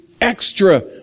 extra